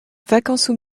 vakañsoù